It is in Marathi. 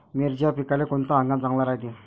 मिर्चीच्या पिकाले कोनता हंगाम चांगला रायते?